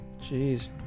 jeez